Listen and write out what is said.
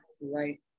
right